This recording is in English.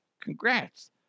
Congrats